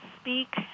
speak